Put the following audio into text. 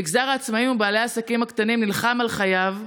מגזר העצמאים ובעלי העסקים הקטנים נלחם על חייו,